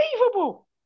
unbelievable